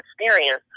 experience